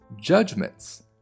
judgments